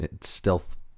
stealth